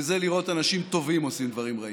וזה לראות אנשים טובים עושים דברים רעים.